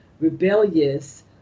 rebellious